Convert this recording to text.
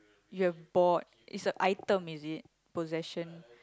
you have bought it's an item is it possession